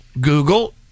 google